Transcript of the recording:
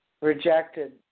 Rejected